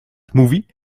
mówi